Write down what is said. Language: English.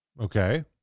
Okay